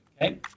Okay